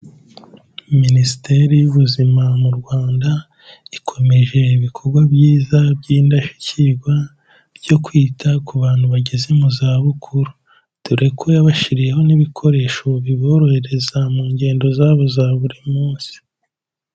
Minisiteri y'Ubuzima mu Rwanda, ikomeje ibikorwa byiza by'indashyikirwa byo kwita ku bantu bageze mu zabukuru, dore ko yabashyiriyeho n'ibikoresho biborohereza mu ngendo zabo za buri munsi.